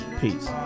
Peace